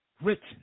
written